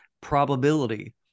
probability